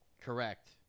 Correct